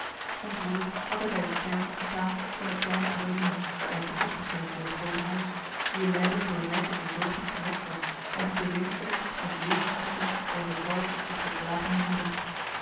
ontroerd had hij bij het sterven gestaan van de kleine adeline zijn typhuspatientje in t groote huis wier lijden door rijke verzorging gerekt was en die beweend werd met zenuwschokken der vertwijfeld zich beklagende moeder